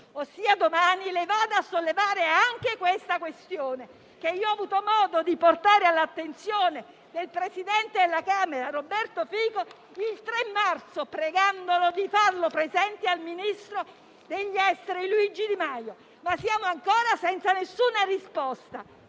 ossia domani, lei vada a sollevare anche tale questione, che ho avuto modo di portare all'attenzione del presidente della Camera Roberto Fico il 3 marzo, pregandolo di farla presente al ministro degli affari esteri Luigi Di Maio. Siamo però ancora senza alcuna risposta.